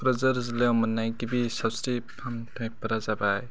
क'क्राझार जिल्लायाव मोननाय गिबि सावस्रि फाहामथायफोरा जाबाय